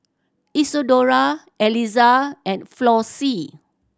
Isadora Aliza and Flossie